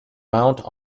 mount